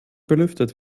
belüftet